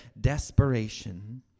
desperation